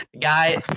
Guy